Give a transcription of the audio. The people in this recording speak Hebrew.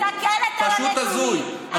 פשוט הזוי.